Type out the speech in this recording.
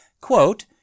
quote